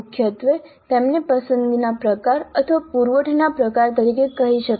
મુખ્યત્વે તેમને પસંદગીના પ્રકાર અથવા પુરવઠાના પ્રકાર તરીકે કહી શકાય